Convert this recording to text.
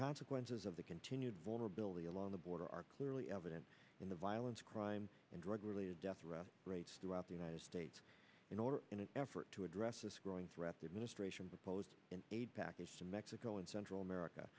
consequences of the continued vulnerability along the border are clearly evident in the violent crime and drug related death rate throughout the united states in order in an effort to address the growing threat that ministration proposed aid package to mexico and central america